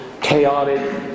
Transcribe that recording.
chaotic